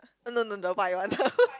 no no no the white one